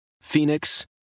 Phoenix